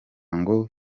ngo